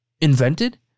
invented